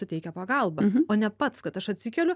suteikia pagalbą o ne pats kad aš atsikeliu